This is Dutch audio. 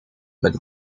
met